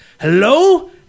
Hello